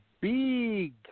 big